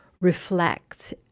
reflect